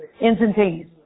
Instantaneous